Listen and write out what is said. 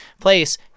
place